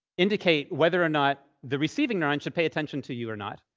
indicate whether or not the receiving neuron should pay attention to you or not.